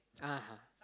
(uh huh)